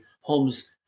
Holmes